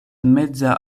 meza